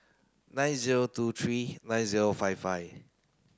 nine zero two three nine zero five five